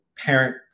Parent